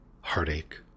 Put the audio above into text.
heartache